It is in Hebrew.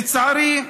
לצערי,